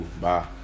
Bye